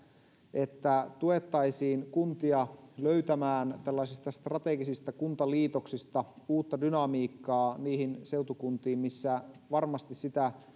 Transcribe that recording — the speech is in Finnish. että tuettaisiin kuntia löytämään tällaisista strategisista kuntaliitoksista uutta dynamiikkaa niihin seutukuntiin missä varmasti sitä